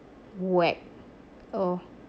whack oh